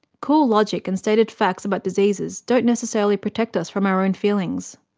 cool logic and stated facts about diseases don't necessarily protect us from our own feelings.